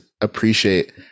appreciate